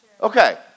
Okay